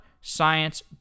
science